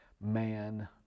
Man